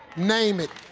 name it.